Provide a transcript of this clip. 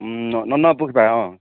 অ